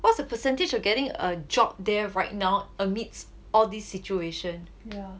what's the percentage of getting a job there right now amidst all this situation